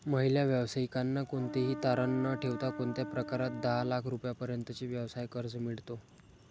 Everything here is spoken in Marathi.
महिला व्यावसायिकांना कोणतेही तारण न ठेवता कोणत्या प्रकारात दहा लाख रुपयांपर्यंतचे व्यवसाय कर्ज मिळतो?